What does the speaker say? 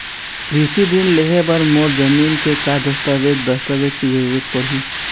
कृषि ऋण लेहे बर मोर जमीन के का दस्तावेज दस्तावेज के जरूरत पड़ही?